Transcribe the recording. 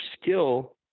skill